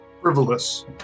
Frivolous